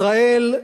ישראל,